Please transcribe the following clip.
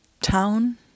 town